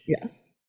Yes